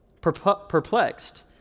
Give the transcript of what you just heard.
Perplexed